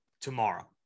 tomorrow